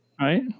Right